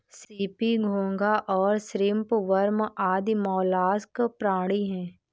CP, घोंगा और shrimp worm आदि मौलास्क प्राणी हैं